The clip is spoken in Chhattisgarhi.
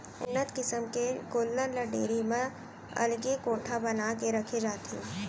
उन्नत किसम के गोल्लर ल डेयरी म अलगे कोठा बना के रखे जाथे